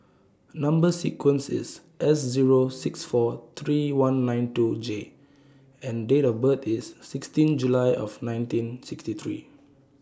Number sequence IS S Zero six four three one nine two J and Date of birth IS sixteen July of nineteen sixty three